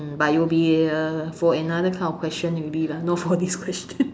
mm but it will be uh for another kind of question already lah not for this question